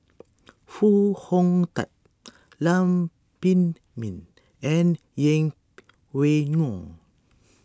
Foo Hong Tatt Lam Pin Min and Yeng Pway Ngon